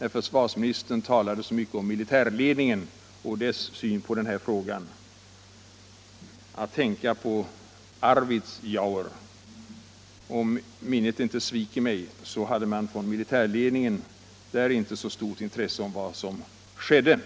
När försvarsministern talade så mycket om militärledningen och dess syn på denna fråga, kunde jag inte underlåta att tänka på beslutet om förläggande av ett försvarsförband till Arvidsjaur. Om minnet inte sviker mig, hade militärledningen då avstyrkt en sådan förläggning.